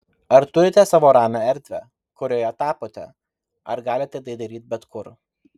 ar turite savo ramią erdvę kurioje tapote ar galite tai daryti bet kur